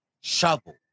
shovel